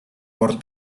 por